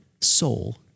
soul